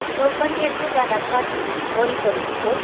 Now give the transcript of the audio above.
ठुलो पनि एक दुईजना छ नि ओरिपरिको